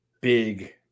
big